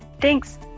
Thanks